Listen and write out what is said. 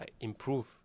improve